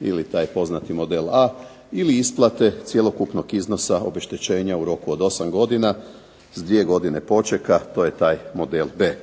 ili taj poznati "model A" ili isplate cjelokupnog iznosa obeštećenja u roku od 8 godina s dvije godine počeka, to je taj "model B".